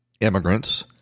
immigrants